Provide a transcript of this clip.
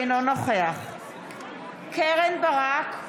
אינו נוכח קרן ברק?